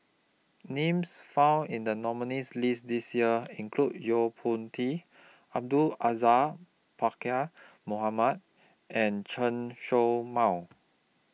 Names found in The nominees' list This Year include Yo Po Tee Abdul Aziz Pakkeer Mohamed and Chen Show Mao